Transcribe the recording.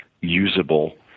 usable